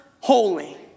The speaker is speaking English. Holy